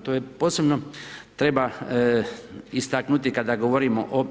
To je posebno treba istaknuti kada govorimo o